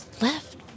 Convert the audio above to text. left